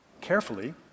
carefully